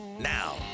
Now